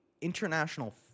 international